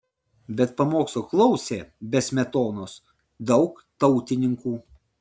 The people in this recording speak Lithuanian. bet pamokslo klausė be smetonos daug tautininkų